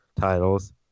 titles